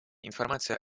информация